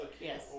Yes